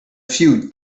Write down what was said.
few